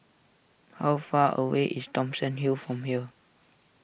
how far away is Thomson Hill from here